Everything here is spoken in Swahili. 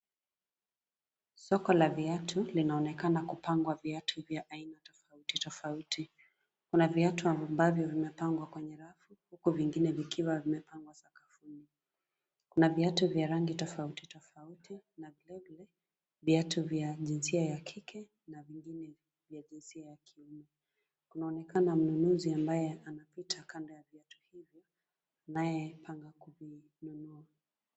Soko la viatu linaonekana kupangwa viatu vya aina tofauti tofauti, kuna viatu ambavyo vimepangwa kwenye rafu, huku vingine vikiwa vimepangwa sakafuni. Kuna viatu vya rangi tofauti tofauti na vilevile, viatu vya jinsia ya jinsia ya kike na vingine vya jinsia ya kiume. Kunaonekana mnunuzi ambaye anapita kando ya viatu hivi anayepanga kuvinunua.